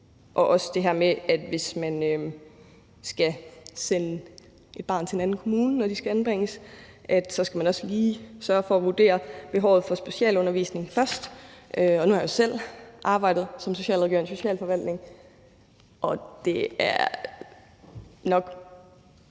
er også det her med, at hvis man skal sende et barn til en anden kommune, når det skal anbringes, skal man også lige sørge for at vurdere behovet for specialundervisning først. Nu har jeg jo selv arbejdet som socialrådgiver i en socialforvaltning, og det er nok